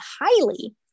highly